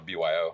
BYO